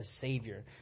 savior